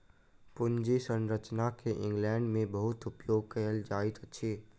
पूंजी संरचना के इंग्लैंड में बहुत उपयोग कएल जाइत अछि